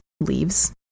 leaves